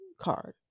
Card